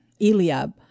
Eliab